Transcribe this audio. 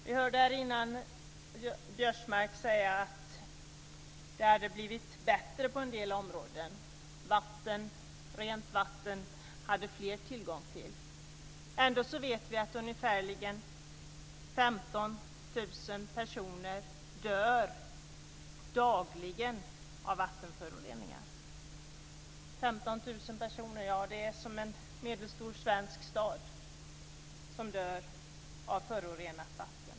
Vi hörde här innan Biörsmark säga att det hade blivit bättre på en del områden; rent vatten hade fler tillgång till. Ändå vet vi att ungefärligen 15 000 personer, det är som en medelstor svensk stad, dör av förorenat vatten.